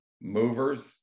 movers